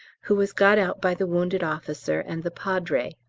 who was got out by the wounded officer and the padre.